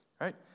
Right